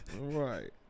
Right